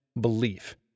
belief